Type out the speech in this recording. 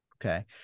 Okay